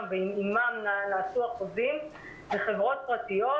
ועימם נעשו החוזים הן חברות פרטיות,